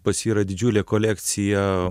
pas jį yra didžiulė kolekcija